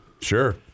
Sure